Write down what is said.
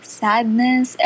sadness